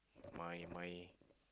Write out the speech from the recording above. my my